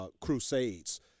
Crusades